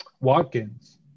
Watkins